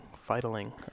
fighting